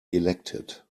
elected